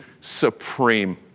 supreme